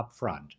upfront